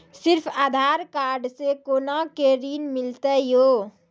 सिर्फ आधार कार्ड से कोना के ऋण मिलते यो?